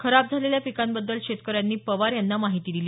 खराब झालेल्या पिकांबद्दल शेतकऱ्यांनी पवार यांना माहिती दिली